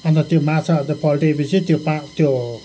अन्त त्यो माछा अन्त पल्टिएपछि त्यो त त्यो